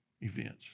events